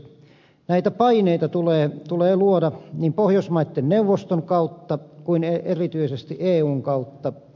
näitä paineita tulee luoda niin pohjoismaiden neuvoston kautta kuin erityisesti eun kautta